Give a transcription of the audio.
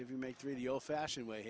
if you make three year old fashion way